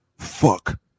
fuck